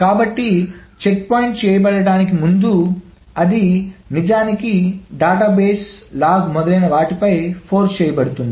కాబట్టి చెక్పాయింట్ చేయబడటానికి ముందు అది నిజానికి డేటాబేస్ లాగ్ మొదలైన వాటిపై ఫోర్స్ చేయబడుతుంది